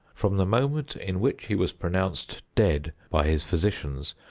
from the moment in which he was pronounced dead by his physicians,